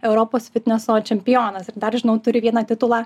europos fitneso čempionas ir dar žinau turi vieną titulą